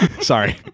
sorry